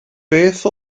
beth